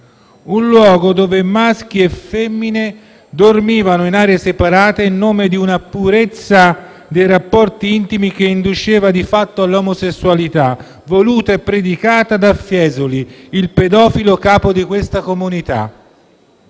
Un luogo dove maschi e femmine dormivano in aree separate in nome di una purezza dei rapporti intimi che induceva di fatto all'omosessualità, voluta e predicata da Fiesoli, il pedofilo capo di questa comunità.